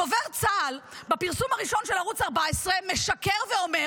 דובר צה"ל בפרסום הראשון של ערוץ 14 משקר ואומר